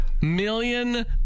million